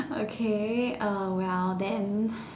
okay uh well then